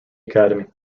academy